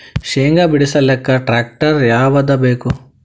ಶೇಂಗಾ ಬಿಡಸಲಕ್ಕ ಟ್ಟ್ರ್ಯಾಕ್ಟರ್ ಯಾವದ ಬೇಕು?